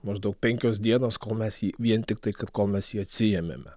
maždaug penkios dienos kol mes jį vien tiktai kad kol mes jį atsiėmėme